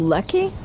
Lucky